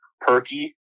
Perky